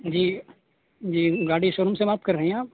جی جی گاڑی showroom سے بات کر رہے ہیں آپ